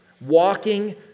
walking